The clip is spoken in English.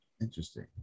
Interesting